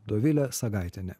dovilė sagaitienė